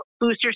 booster